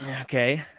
Okay